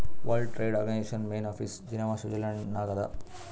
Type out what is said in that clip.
world trade organisation main office Geneva Switzerland ನಾಗ್ ಅದಾ